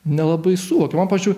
nelabai suvokiu man pavyzdžiui